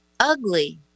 ugly